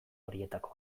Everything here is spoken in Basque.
horietako